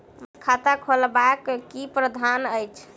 बचत खाता खोलेबाक की प्रावधान अछि?